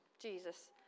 Jesus